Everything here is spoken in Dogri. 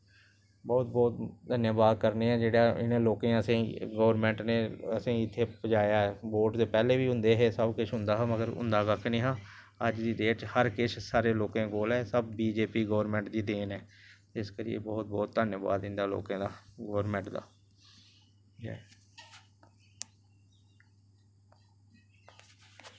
बहुत बहुत धन्याबाद करने आं जेह्ड़ा इनें लोकें असेंई गौरमैंट ने असेंई इत्थें पजाया ऐ बोट ते पैह्लें बी होंदे हे सब किश होंदा हा मगर होंदा कक्ख नेंई हा अज्ज दी डेट च हर किश सारे लोकें कोल ऐ सब बी जे पी गौरमैंट दा देन ऐ इक करियै बहुत बहुत धन्याबाद इं'दा लोकें दा गौरमैंट दा